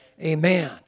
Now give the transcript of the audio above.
Amen